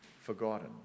forgotten